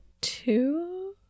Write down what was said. Two